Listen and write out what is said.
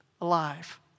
alive